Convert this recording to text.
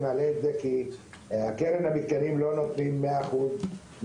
אני מעלה את זה כי קרן המתקנים לא נותנים 100% מהתקציב,